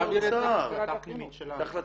מעביר -- זה לא קשור לאוצר,